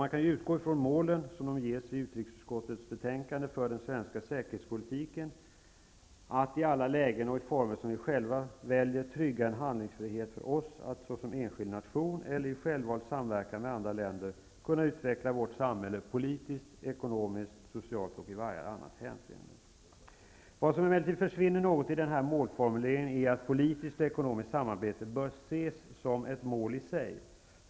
Man kan utgå från målen för den svenska säkerhetspolitiken som de ges i utrikesutskottets betänkande: ''att i alla lägen och i former som vi själva väljer trygga en handlingsfrihet för oss att -- såsom enskild nation eller i självvald samverkan med andra länder -- kunna utveckla vårt samhälle politiskt, ekonomiskt, socialt, och i varje annat hänseende.'' Vad som emellertid försvinner något i den här målformuleringen är att politiskt och ekonomiskt samarbete bör ses som ett mål i sig.